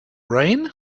rain